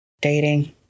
dating